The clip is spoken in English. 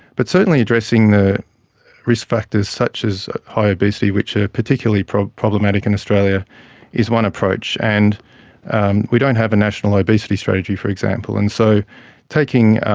but certainly addressing the risk factors such as high obesity which are particularly problematic in australia is one approach, and and we don't have a national obesity strategy, for example. and so taking